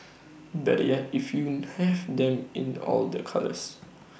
better yet if you have them in all the colours